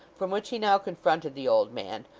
from which he now confronted the old man,